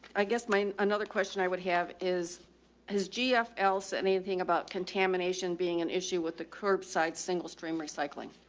i guess my, another question i would have is his gf else. anything about contamination being an issue with the curbside single stream recycling?